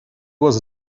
was